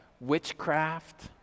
witchcraft